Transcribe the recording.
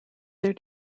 their